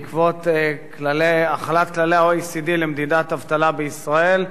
בעקבות החלת כללי ה-OECD למדידת אבטלה בישראל.